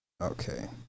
okay